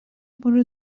برو